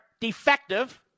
defective